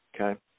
okay